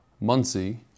Muncie